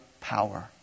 power